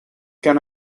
can